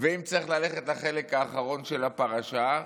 ואם צריך ללכת לחלק האחרון של הפרשה,